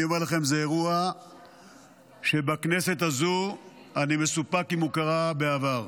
אני אומר לכם שזה אירוע שבכנסת הזאת אני מסופק אם קרה בעבר.